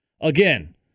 Again